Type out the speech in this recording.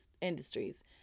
industries